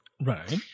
Right